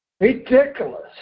Ridiculous